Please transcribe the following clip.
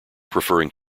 preferring